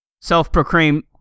self-proclaimed